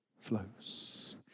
flows